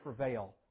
prevail